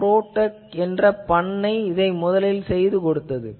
bro Tech என்ற பண்ணை இதனை செய்து கொடுத்தது